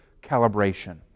calibration